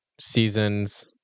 seasons